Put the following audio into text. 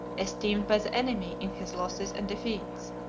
esteemed by the enemy in his losses and defeats.